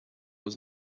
was